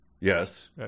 Yes